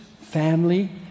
family